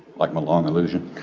like my long illusion,